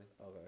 Okay